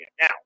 Now